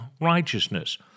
righteousness